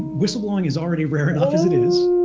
whistleblowing is already rare enough as it is,